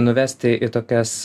nuvesti į tokias